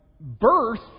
birth